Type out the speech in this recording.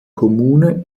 kommune